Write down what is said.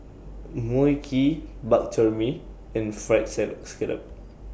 Mui Kee Bak Chor Mee and Fried Scallop